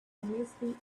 obviously